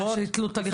זה הליך מאוד קשה.